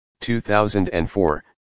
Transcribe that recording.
2004